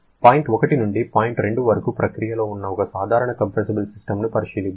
point 1 నుండి point 2 వరకు ప్రక్రియలో ఉన్న ఒక సాధారణ కంప్రెసిబుల్ సిస్టమ్ను పరిశీలిద్దాం